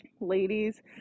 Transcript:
ladies